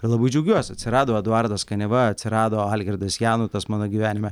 ir labai džiaugiuosi atsirado eduardas kaniava atsirado algirdas janutas mano gyvenime